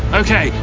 okay